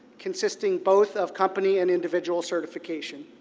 consisting both of company and individual certification.